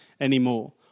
anymore